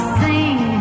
sing